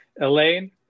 Elaine